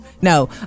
No